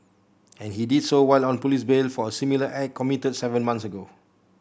and he did so while on police bail for a similar act committed seven month ago